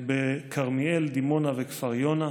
בכרמיאל, דימונה וכפר יונה.